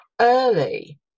early